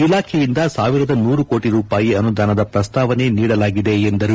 ಇಲಾಖೆಯಿಂದ ಸಾವಿರದ ನೂರು ಕೋಟಿ ರೂಪಾಯಿ ಅನುದಾನದ ಪ್ರಸ್ತಾವನೆ ನೀಡಲಾಗಿದೆ ಎಂದರು